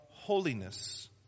holiness